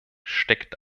steckt